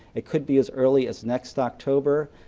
it could be as early as next october,